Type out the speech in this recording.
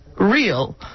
real